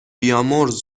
بیامرز